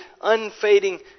unfading